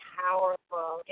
powerful